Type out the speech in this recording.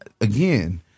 again